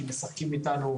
כי משחקים אתנו,